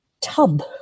tub